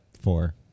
four